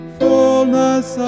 fullness